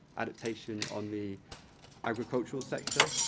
adaptation on the agricultural sector,